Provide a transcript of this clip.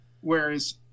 whereas